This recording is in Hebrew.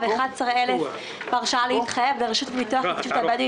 ו-11,000 בהרשאה להתחייב לרשות לפיתוח ההתיישבות הבדואית